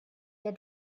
der